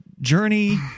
journey